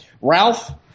Ralph